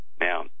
Now